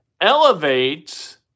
elevates